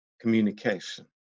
communication